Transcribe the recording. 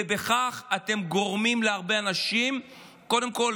ובכך אתם גורמים להרבה אנשים קודם כול